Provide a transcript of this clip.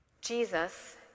Jesus